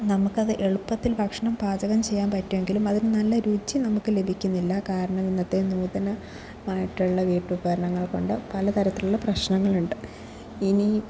നമുക്കത് എളുപ്പത്തിൽ ഭക്ഷണം പാചകം ചെയ്യാൻ പറ്റുമെങ്കിലും അതിനു നല്ല രുചി നമുക്ക് ലഭിക്കുന്നില്ല കാരണം ഇന്നത്തെ നൂതനമായിട്ടുള്ള വീട്ടുപകരണങ്ങൾകൊണ്ട് പലതരത്തിലുള്ള പ്രശ്നങ്ങളുണ്ട് ഇനി